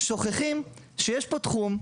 שוכחים שיש פה תחום,